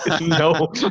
no